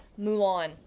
Mulan